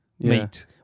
meat